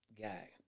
guy